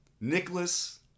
Nicholas